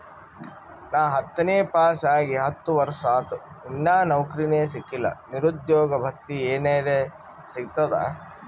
ನಾ ಹತ್ತನೇ ಪಾಸ್ ಆಗಿ ಹತ್ತ ವರ್ಸಾತು, ಇನ್ನಾ ನೌಕ್ರಿನೆ ಸಿಕಿಲ್ಲ, ನಿರುದ್ಯೋಗ ಭತ್ತಿ ಎನೆರೆ ಸಿಗ್ತದಾ?